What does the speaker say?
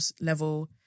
level